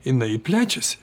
jinai plečiasi